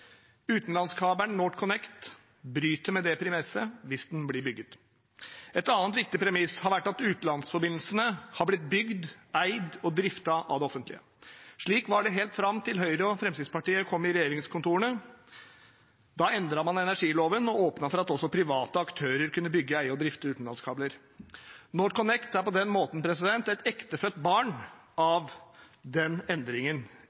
Utenlandskabelen NorthConnect bryter med det premisset, hvis den blir bygget. Et annet viktig premiss har vært at utenlandsforbindelsene har blitt bygd, eid og driftet av det offentlige. Slik var det helt fram til Høyre og Fremskrittspartiet kom i regjeringskontorene. Da endret man energiloven og åpnet for at også private aktører kunne bygge, eie og drifte utenlandskabler. NorthConnect er på den måten et ektefødt barn av den endringen